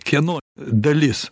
kieno dalis